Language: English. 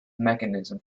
mechanism